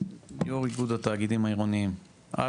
יו"ר התאגידים העירוניים אתנו בזום.